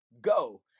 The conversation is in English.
go